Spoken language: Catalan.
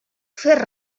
fer